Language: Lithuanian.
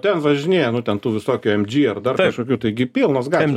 ten važinėja nu ten tų visokių mg ar dar kažkokių taigi pilnos gatvės